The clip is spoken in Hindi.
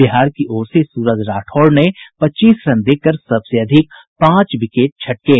बिहार की ओर से सूरज राठौड़ ने पच्चीस रन देकर सबसे अधिक पांच विकेट लिये